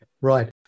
Right